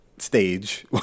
Stage